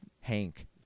Hank